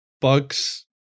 Bugs